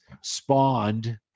spawned